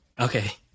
Okay